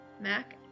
Mac